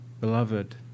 Beloved